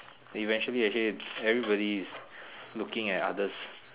then eventually actually everybody is looking at others